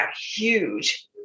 huge